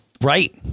Right